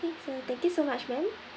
okay so thank you so much ma'am